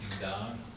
down